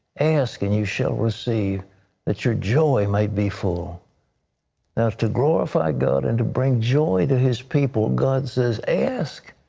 ask and you shall receive that your joy may be full. now to glorify god and to bring joy to his people god says ask.